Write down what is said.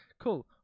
Cool